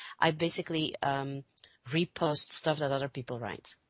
i basically repost stuff that other people write.